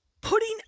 Putting